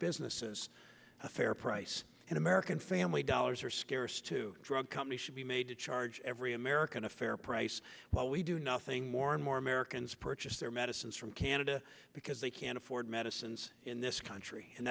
businesses a fair price and american family dollars are scarce to drug companies should be made to charge every american a fair price while we do nothing more and more americans purchase their medicines from canada because they can't afford medicines in this country and